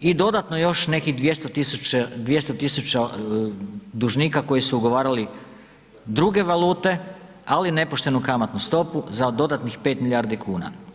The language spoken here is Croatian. i dodatno još nekih 200 tisuća, 200 tisuća dužnika koji su ugovarali druge valute, ali nepoštenu kamatnu stopu za dodatnih 5 milijardi kuna.